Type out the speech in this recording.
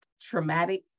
traumatic